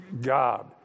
god